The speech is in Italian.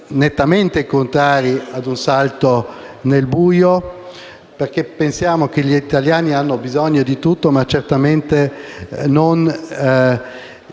nettamente contrari ad un salto nel buio, perché pensiamo che gli italiani hanno bisogno di tutto, ma certamente non